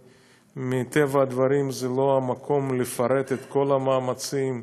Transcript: מטבע הדברים, זה לא המקום לפרט את כל המאמצים,